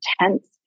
intense